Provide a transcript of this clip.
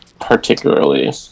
particularly